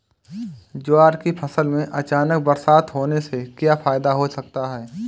ज्वार की फसल में अचानक बरसात होने से क्या फायदा हो सकता है?